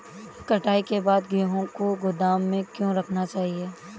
कटाई के बाद गेहूँ को गोदाम में क्यो रखना चाहिए?